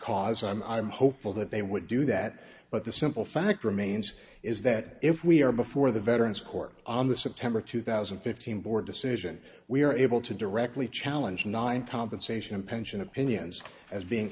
cause and i'm hopeful that they would do that but the simple fact remains is that if we are before the veterans court on the september two thousand and fifteen board decision we are able to directly challenge nine compensation and pension opinions as being